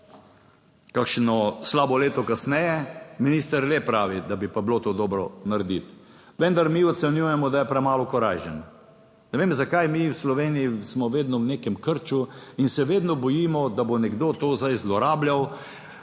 kakšno slabo leto kasneje minister le pravi, da bi pa bilo to dobro narediti, vendar mi ocenjujemo, da je premalo korajžen. Ne vem zakaj mi v Sloveniji smo vedno v nekem krču in se vedno bojimo, da bo nekdo to zdaj zlorabljal,